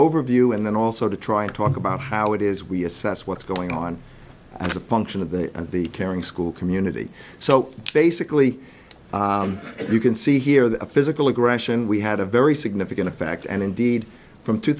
overview and then also to try to talk about how it is we assess what's going on as a function of the the caring school community so basically you can see here the physical aggression we had a very significant effect and indeed from two